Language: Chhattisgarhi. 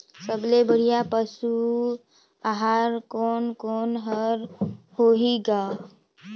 सबले बढ़िया पशु आहार कोने कोने हर होही ग?